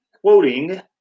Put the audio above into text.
quoting